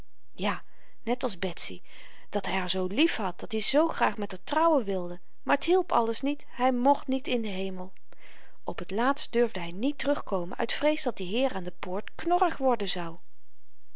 ja net als betsy dat hy haar zoo lief had dat-i zoo graag met r trouwen wilde maar t hielp alles niet hy mocht niet in den hemel op t laatst durfde hy niet terugkomen uit vrees dat die heer aan de poort knorrig worden zou